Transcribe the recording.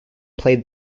played